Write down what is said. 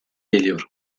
geliyor